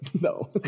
No